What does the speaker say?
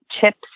chips